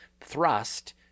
thrust